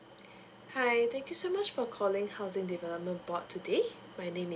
hi thank you so much for calling housing development about today my name is